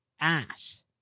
ass